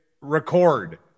record